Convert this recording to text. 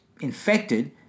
infected